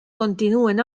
continuen